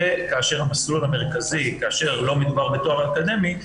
כאשר המסלול המרכזי כשלא מדובר בתואר אקדמי,